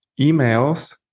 emails